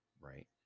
right